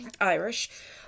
Irish